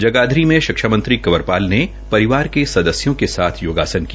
जगाधरी में शिक्षा मंत्री कंवरपाल ने परिवार के सदस्यों के साथ योगासन किया